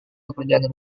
pekerjaan